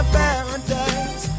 paradise